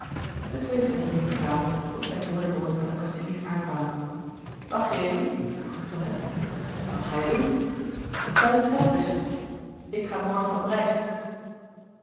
de twee vrienden praatten tot zij voor de woning van een kassier aankwamen wacht je even vroeg de tonnette wat ga je doen duitsch geld wisselen ik ga morgen op reis